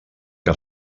que